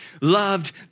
loved